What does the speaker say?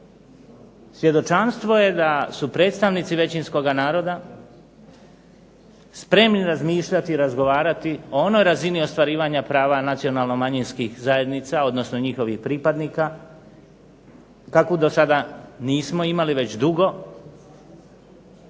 svjedočanstvo je da su predstavnici većinskoga naroda spremni razmišljati i razgovarati o onoj razini ostvarivanja prava nacionalno-manjinskih zajednica, odnosno njihovih pripadnika, kakvu dosada nismo imali već dugo,